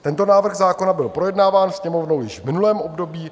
Tento návrh zákona byl projednáván Sněmovnou již v minulém období.